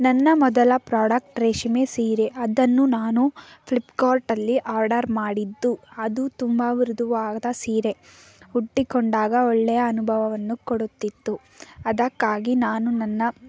ನನ್ನ ಮೊದಲ ಪ್ರೋಡಕ್ಟ್ ರೇಷ್ಮೆ ಸೀರೆ ಅದನ್ನು ನಾನು ಫ್ಲಿಪ್ಕಾರ್ಟಲ್ಲಿ ಆರ್ಡರ್ ಮಾಡಿದ್ದು ಅದು ತುಂಬ ಮೃದುವಾದ ಸೀರೆ ಉಟ್ಟುಕೊಂಡಾಗ ಒಳ್ಳೆಯ ಅನುಭವವನ್ನು ಕೊಡುತ್ತಿತ್ತು ಅದಕ್ಕಾಗಿ ನಾನು ನನ್ನ